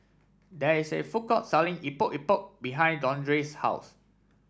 there is a food court selling Epok Epok behind Dondre's house